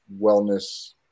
wellness